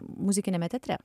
muzikiniame teatre